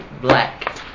black